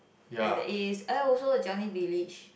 at the east I also Changi Village